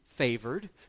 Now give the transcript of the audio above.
favored